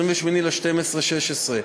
28 בדצמבר 2016,